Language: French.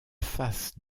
face